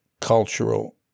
cultural